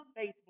Facebook